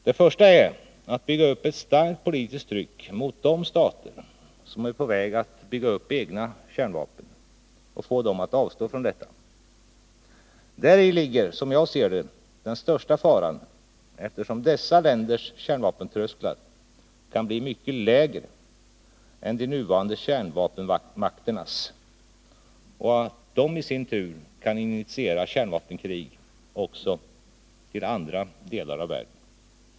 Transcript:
Det första är att bygga upp ett starkt politiskt tryck mot de stater som är på väg att bygga upp egna kärnvapen och få dem att avstå från detta. Där ligger, som jag ser det, den största faran, eftersom dessa länders kärnvapentrösklar kan bli mycket lägre än de nuvarande kärnvapenmakternas och i sin tur initiera kärnvapenkrig också till andra delar av världen.